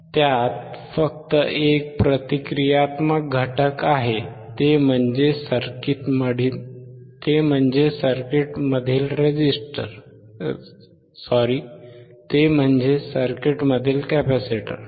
त्यात फक्त एक प्रतिक्रियात्मक घटक आहे ते म्हणजे सर्किटमधील कॅपेसिटर